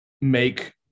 make